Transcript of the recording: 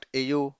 au